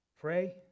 Pray